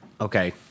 Okay